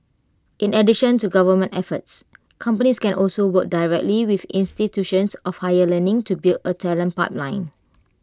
in addition to government efforts companies can also work directly with institutions of higher learning to build A talent pipeline